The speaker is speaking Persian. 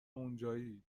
اونجایی